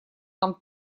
нам